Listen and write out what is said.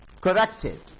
corrected